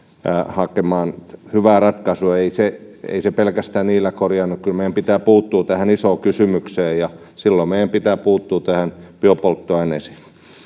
hakemaan hyvää ratkaisua ei se ei se pelkästään niillä korjaannu kyllä meidän pitää puuttua tähän isoon kysymykseen ja silloin meidän pitää puuttua biopolttoaineisiin